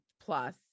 plus